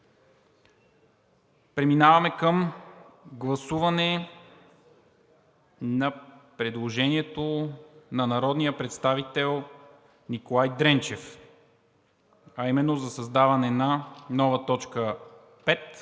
Преминаваме към гласуване на предложението на народния представител Николай Дренчев, а именно за създаване на нова т. 5